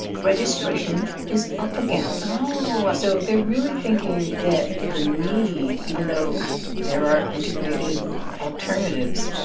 registration is up again oh so they're really thinking that the need even though there are integrated alternatives,